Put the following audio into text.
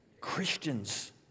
Christians